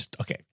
Okay